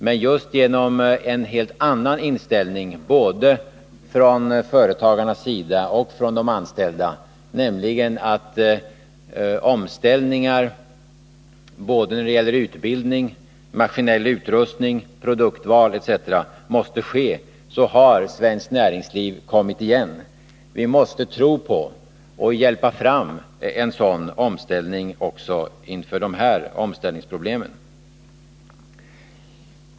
Men just genom en helt annan inställning hos både företagarna och de anställda, nämligen att omställningar både när det gäller utbildning, maskinell utrustning och produktval etc. måste ske, har svenskt näringsliv kommit igen. Vi måste tro på och hjälpa fram en sådan omställning också inför de här problemen.